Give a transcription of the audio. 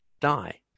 die